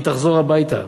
היא תחזור הביתה.